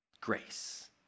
Grace